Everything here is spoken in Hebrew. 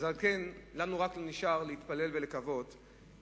על כן, לנו רק נשאר להתפלל ולקוות כי